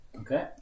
Okay